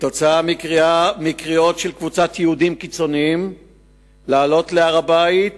בגלל קריאות של קבוצת יהודים קיצונים לעלות אל הר-הבית